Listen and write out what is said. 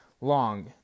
long